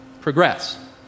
progress